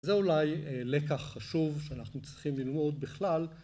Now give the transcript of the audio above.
זה אולי לקח חשוב שאנחנו צריכים ללמוד בכלל